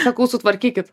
sakau sutvarkykit